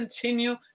continue